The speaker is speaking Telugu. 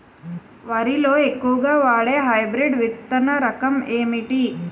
వరి లో ఎక్కువుగా వాడే హైబ్రిడ్ విత్తన రకం ఏంటి?